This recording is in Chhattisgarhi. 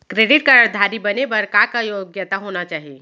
क्रेडिट कारड धारी बने बर का का योग्यता होना चाही?